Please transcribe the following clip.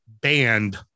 banned